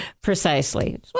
precisely